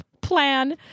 plan